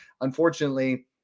unfortunately